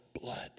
blood